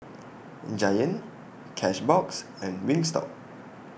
Giant Cashbox and Wingstop